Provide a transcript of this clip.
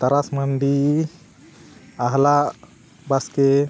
ᱛᱟᱨᱟᱥ ᱢᱟᱹᱱᱰᱤ ᱟᱦᱞᱟ ᱵᱟᱥᱠᱮ